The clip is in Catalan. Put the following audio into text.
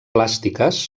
plàstiques